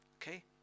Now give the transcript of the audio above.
Okay